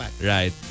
Right